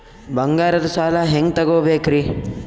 ಬಂಗಾರದ್ ಸಾಲ ಹೆಂಗ್ ತಗೊಬೇಕ್ರಿ?